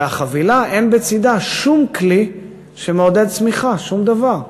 והחבילה, אין בצדה שום כלי שמעודד צמיחה, שום דבר,